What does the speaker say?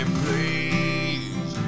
please